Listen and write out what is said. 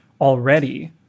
already